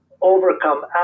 overcome